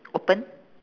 open